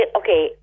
okay